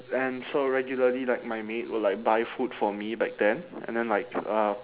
and so regularly like my maid would like buy food for me back then and then like uh